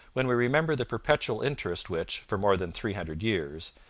when we remember the perpetual interest which, for more than three hundred years,